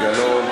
לא ייאמן.